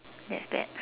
that's bad